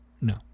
no